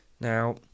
Now